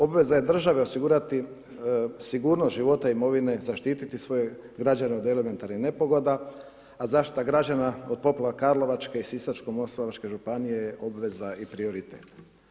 Obveza je države osigurati sigurnost života imovine, zaštiti svoje građane od elementarnih nepogoda, a zaštita građana od poplava karlovačke i sisačko moslavačke županije je obveza i prioritet.